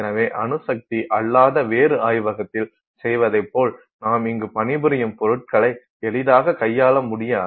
எனவே அணுசக்தி அல்லாத வேறு ஆய்வகத்தில் செய்வதைப் போல நாம் இங்கு பணிபுரியும் பொருட்களை எளிதாக கையாள முடியாது